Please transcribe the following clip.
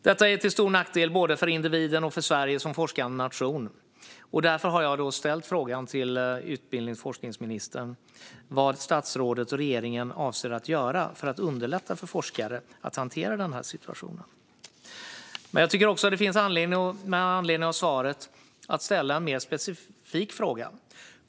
Detta är till stor nackdel både för individen och för Sverige som forskande nation, och därför har jag ställt frågan till utbildnings och forskningsministern vad hon och regeringen avser att göra för att underlätta för forskare att hantera situationen. Med anledning av svaret vill jag även ställa en mer specifik fråga.